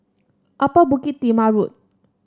Upper Bukit Timah Road